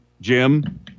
Jim